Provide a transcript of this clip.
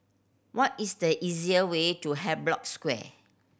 what is the easiest way to Havelock Square